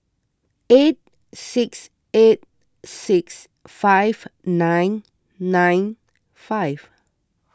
eight six eight six five nine nine five